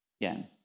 Again